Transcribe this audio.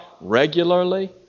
regularly